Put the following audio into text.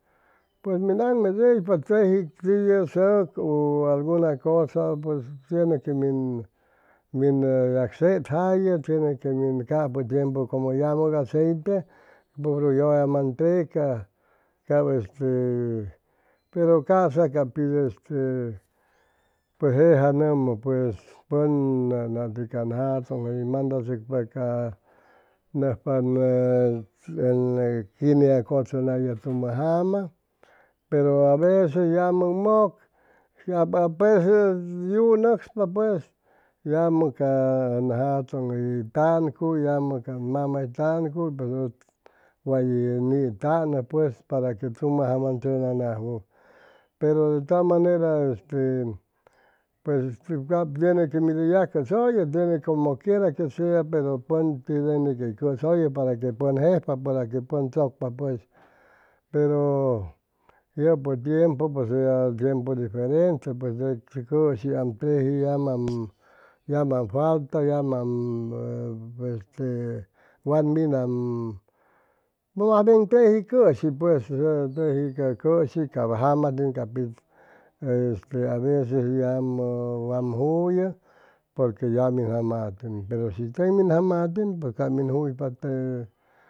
Pues min aŋmedʉypa tiji tiʉ søk u alguna cosa pues tiene que min min yagsetjayʉ tiene que min capʉ tiempu como llamʉ aceite puru yʉlla manteca cap este pero ca'sa ca pit este pues jejanʉmʉpues pʉn nati can jatʉn hʉy mandachʉcpa ca nʉcsapa ʉn quinea cʉchʉnayʉ tumʉ jama pero aveces yamʉ mʉk aveces yu nʉcspa pues yamʉ ca ʉn jatʉn hʉy tancuy yamʉ can mama hʉy tancuy way nitanʉ pues para que tumʉ jama ʉn cʉchʉnajwʉ pero de todas maneras te pues este cap tien que min yacʉsʉyʉ como quiera que sea pero pʉn tiene quey cʉsʉyʉ para que pʉn jejpa para que pʉn tzʉcpa pues pero yʉpʉ tiempu pues ya tiempu diferente pues te cʉshi tejiam yamamyaman falta yamam este wat minam teji cʉshi pues teji ca cʉshi ca jamatin ca pich este aveces yamʉ jullʉ porque yamin jamatin pero shi teg min jamatin pues cap min juypa te